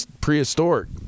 prehistoric